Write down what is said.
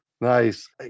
Nice